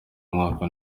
umwaka